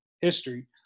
history